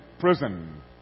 prison